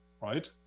right